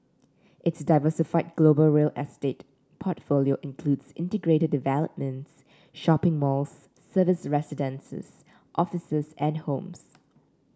its diversified global real estate portfolio includes integrated developments shopping malls serviced residences offices and homes